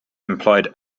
implied